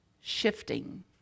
shifting